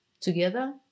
together